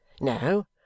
No